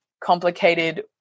complicated